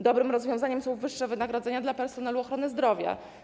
Dobrym rozwiązaniem są wyższe wynagrodzenia dla personelu ochrony zdrowia.